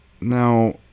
Now